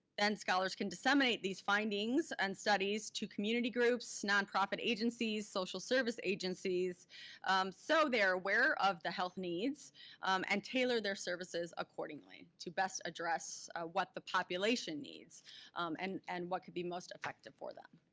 then scholars can disseminate these findings and studies to community groups, non-profit agencies, social service agencies so they're aware of the health needs and tailor their services accordingly to best address what the population needs and and what could be most effective for them.